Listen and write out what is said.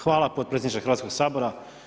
Hvala potpredsjedniče Hrvatskog sabora.